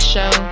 Show